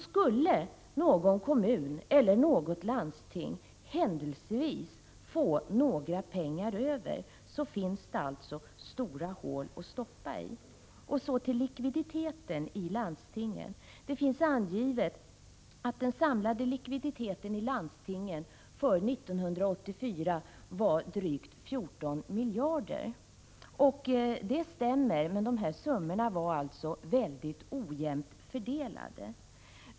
Skulle någon kommun eller något landsting händelsevis få pengar över, så finns det alltså stora hål att stoppa dem i. Så till frågan om landstingens likviditet. Det finns angivet att den samlade likviditeten i landstingen för 1984 var drygt 14 miljarder kronor. Det stämmer, men denna summa var mycket ojämnt fördelad.